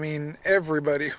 mean everybody